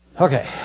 Okay